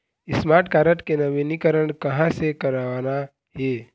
Smart card के नवीनीकरण कहां से करवाना हे?